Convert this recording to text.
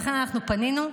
לכן אנחנו פנינו,